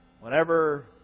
whenever